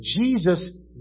Jesus